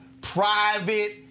private